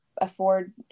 afford